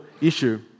issue